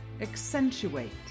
accentuate